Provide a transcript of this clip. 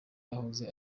yahoze